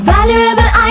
Valuable